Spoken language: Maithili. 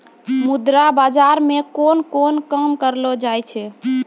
मुद्रा बाजार मे कोन कोन काम करलो जाय छै